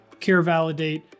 CareValidate